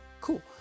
Cool